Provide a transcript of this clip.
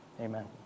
Amen